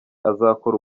azakora